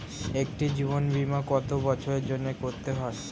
একটি জীবন বীমা কত বছরের জন্য করতে হয়?